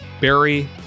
Barry